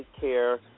Care